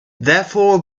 therefore